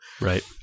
Right